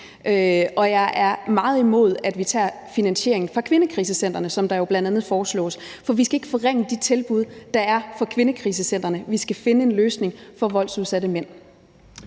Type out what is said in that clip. Og jeg er meget imod, at vi tager finansieringen fra kvindekrisecentrene, som der jo bl.a. foreslås. For vi skal ikke forringe de tilbud, der er for kvindekrisecentrene, vi skal finde en løsning for de voldsudsatte mænd.